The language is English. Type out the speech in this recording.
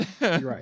right